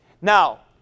Now